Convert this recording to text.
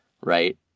Right